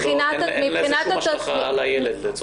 אין לזה שום השלכה על הילד.